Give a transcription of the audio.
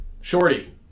Shorty